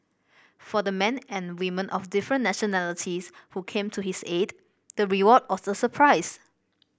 for the men and women of different nationalities who came to his aid the reward was a surprise